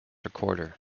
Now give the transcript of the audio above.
recorder